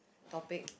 topic